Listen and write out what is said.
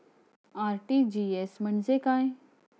RTGS म्हणजे काय?